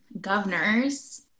governors